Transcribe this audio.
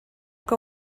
que